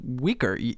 weaker